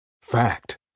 Fact